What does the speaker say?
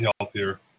healthier